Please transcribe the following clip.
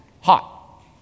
hot